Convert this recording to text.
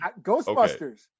Ghostbusters